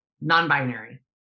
non-binary